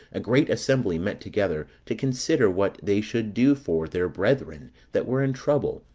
a great assembly met together to consider what they should do for their brethren that were in trouble,